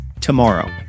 tomorrow